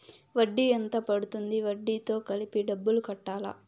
వడ్డీ ఎంత పడ్తుంది? వడ్డీ తో కలిపి డబ్బులు కట్టాలా?